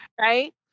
Right